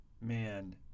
man